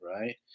right